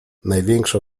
największą